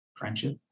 friendship